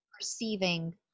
perceiving